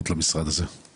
ולמשרד הזה יש שבע זרועות.